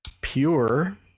Pure